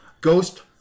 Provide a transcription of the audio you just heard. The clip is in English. Ghost